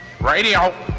Radio